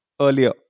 earlier